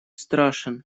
страшен